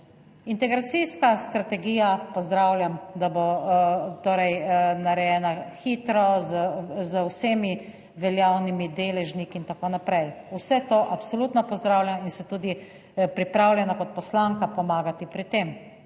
Integracijska strategija – pozdravljam - bo torej narejena hitro, z vsemi veljavnimi deležniki in tako naprej. Vse to absolutno pozdravljam in sem tudi pripravljena kot poslanka pomagati pri tem,